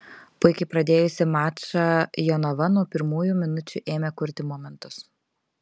puikiai pradėjusi mačą jonava nuo pirmųjų minučių ėmė kurti momentus